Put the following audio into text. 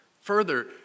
Further